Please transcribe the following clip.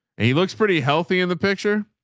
and he looks pretty healthy in the picture.